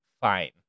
Fine